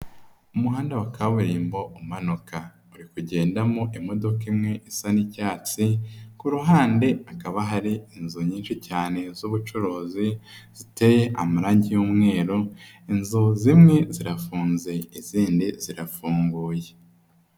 Umuhanda wa kaburimbo umanuka uri kugendamo imodoka imwe isa n'icyatsi, ku ruhande hakaba hari inzu nyinshi cyane z'ubucuruzi ziteye amarangi y'umweru, inzu zimwe zirafunze izindi zirafunguye.